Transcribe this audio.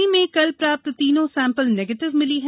कटनी में कल प्राप्त तीनों सैंपल निगेटिव मिले हैं